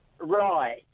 Right